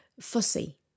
fussy